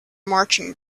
marching